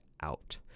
out